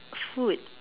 food